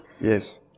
Yes